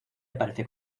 aparece